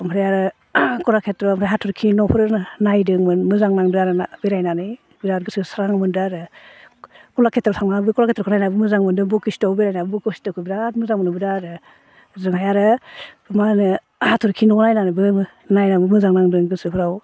ओमफ्राय आरो कलाक्षेत्र' ओमफ्राय हाथरखि न'फोर नायदोंमोन मोजां नांदो आरोना बेरायनानै बिरद गोसो स्रां मोन्दों आरो कलाक्षेत्र' थांनाबो कलाक्षेत्र'खौ नायनानै मोजां मोन्दों बशिष्ट'आवबो बेरायनानै बशिष्ट'खौ बिराद मोजां मोनबोदों आरो ओजोंहाय आरो मा होनो हाथरखि न' नायनानैबो नायनाबो मोजां नांदों गोसोफ्राव